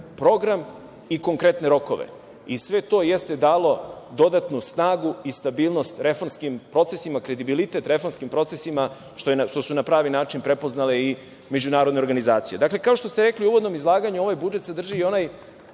program i konkretne rokove i sve to jeste dalo dodatnu snagu i stabilnost reformskim procesima, kredibilitet reformskim procesima, što su na pravi način prepoznale i međunarodne organizacije. Dakle, kao što ste rekli u uvodnom izlaganju, ovaj budžet sadrži i onaj